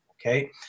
okay